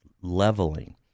leveling